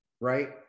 right